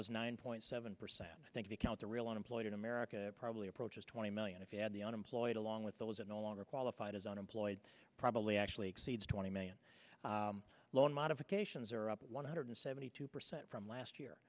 is nine point seven percent i think the count the real unemployed in america probably approaches twenty million if you add the unemployed along with those that no longer qualified as unemployed probably actually exceeds twenty million loan modifications are up one hundred seventy two percent from